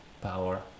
power